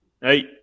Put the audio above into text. Hey